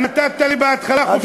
נתת לי בהתחלה חופשי.